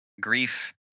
grief